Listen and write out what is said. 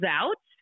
out